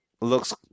looks